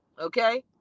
Okay